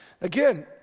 Again